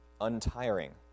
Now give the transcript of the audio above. untiring